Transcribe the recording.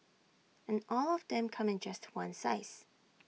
and all of them come in just one size